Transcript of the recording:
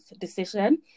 decision